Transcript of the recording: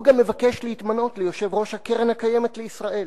והוא גם מבקש להתמנות ליושב-ראש קרן קיימת לישראל.